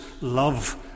love